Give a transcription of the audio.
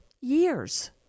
years